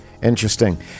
Interesting